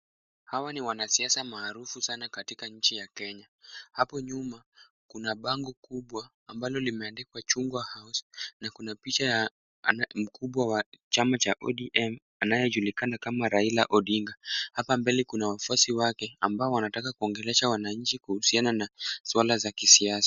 Hawa ni wanasiasa maarufu sana katika nchi ya Kenya. Hapo nyuma kuna bango kubwa ambalo limeandikwa Chungwa House na kuna picha ya mkubwa wa chama cha ODM anayejulikana kama Raila Odinga. Hapa mbele kuna wafuasi wake ambao wanataka kuongelesha wananchi kuhusiana na suala za kisiasa.